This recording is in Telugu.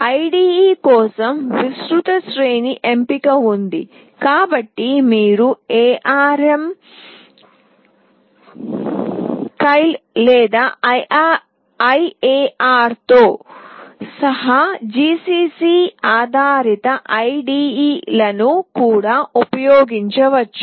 IDE కోసం విస్తృత శ్రేణి ఎంపిక ఉంది కాబట్టి మీరు ARM కైల్ లేదా IAR తో సహా GCC ఆధారిత IDE లను కూడా ఉపయోగించవచ్చు